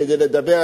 כדי לדבר.